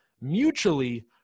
mutually